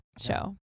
show